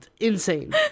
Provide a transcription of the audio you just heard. Insane